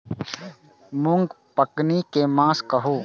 मूँग पकनी के मास कहू?